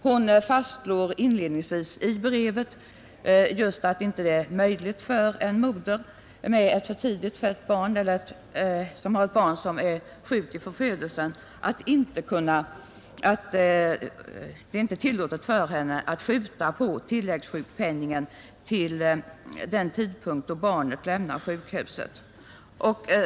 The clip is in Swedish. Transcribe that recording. Hon fastslår inledningsvis i brevet att det inte är möjligt ”för en mor till ett för tidigt fött barn eller till ett barn som är skadat vid födelsen att återgå till sitt förvärvsarbete och skjuta på tilläggssjukpenningen till den tidpunkt då barnet lämnar sjukhuset”.